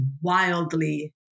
wildly